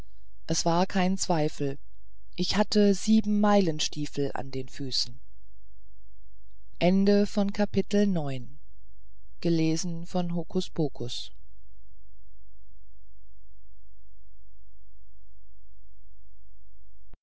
es war kein zweifel ich hatte siebenmeilenstiefel an den füßen